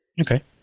Okay